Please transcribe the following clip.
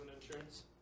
insurance